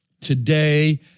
today